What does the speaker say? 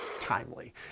timely